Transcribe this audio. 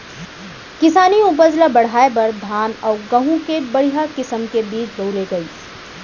किसानी उपज ल बढ़ाए बर धान अउ गहूँ के बड़िहा किसम के बीज बउरे गइस